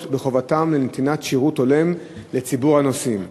בחובתן לנתינת שירות הולם לציבור הנוסעים,